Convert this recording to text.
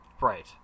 Right